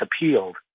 appealed